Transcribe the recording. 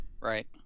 Right